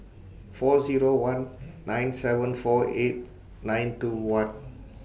four Zero one nine seven four eight nine two one